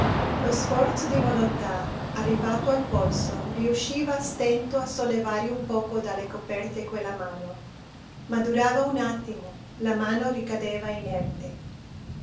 lo sforzo di volontà arrivato al polso riusciva a stento a sollevare un poco dalle coperte quella mano ma durava un attimo la mano ricadeva inerte